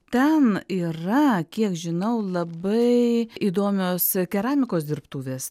ten yra kiek žinau labai įdomios keramikos dirbtuvės